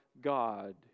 God